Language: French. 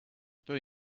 pas